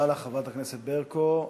תודה רבה לך, חברת הכנסת ברקו.